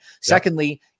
Secondly